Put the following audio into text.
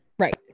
Right